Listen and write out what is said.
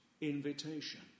invitation